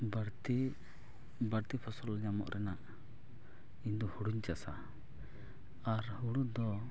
ᱵᱟᱹᱲᱛᱤ ᱵᱟᱹᱲᱛᱤ ᱯᱷᱚᱥᱚᱞ ᱧᱟᱢᱚᱜ ᱨᱮᱱᱟᱜ ᱤᱧᱫᱚ ᱦᱩᱲᱩᱧ ᱪᱟᱥᱟ ᱟᱨ ᱦᱩᱲᱩ ᱫᱚ